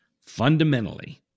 fundamentally